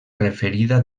referida